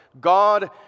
God